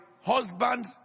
husband